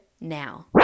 now